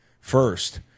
first